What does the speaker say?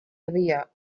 havia